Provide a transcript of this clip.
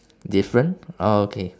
different oh okay